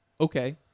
Okay